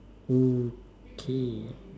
okay